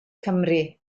cymru